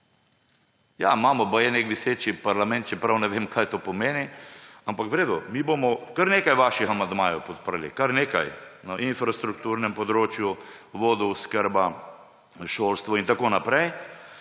Ja, imamo baje nek viseči parlament, čeprav ne vem, kaj to pomeni. Ampak v redu, mi bomo kar nekaj vaših amandmajev podprli: na infrastrukturnem področju, vodooskrba, šolstvo in tako naprej,